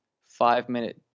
five-minute